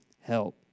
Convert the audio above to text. help